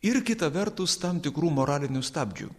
ir kita vertus tam tikrų moralinių stabdžių